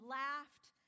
laughed